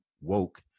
woke